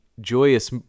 joyous